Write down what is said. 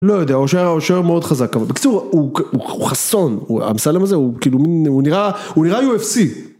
לא יודע, הוא שוער מאוד חזק, אבל בקיצור, הוא חסון, אמסלם הזה הוא כאילו מין, הוא נראה, הוא נראה UFC.